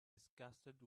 disgusted